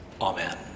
Amen